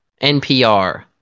NPR